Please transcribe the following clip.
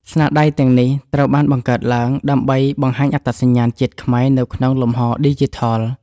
ស្នាដៃទាំងនេះត្រូវបានបង្កើតឡើង ដើម្បីបង្ហាញអត្តសញ្ញាណជាតិខ្មែរនៅក្នុងលំហឌីជីថល។